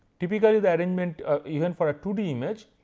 typically the arrangement even for a two d image,